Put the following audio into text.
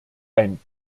ein